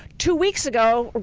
two weeks ago,